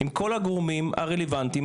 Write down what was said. עם כל הגורמים הרלוונטיים,